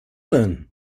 then